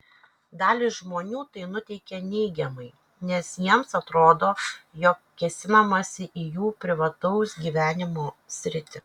dalį žmonių tai nuteikia neigiamai nes jiems atrodo jog kėsinamasi į jų privataus gyvenimo sritį